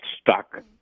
stuck